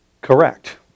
Correct